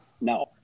No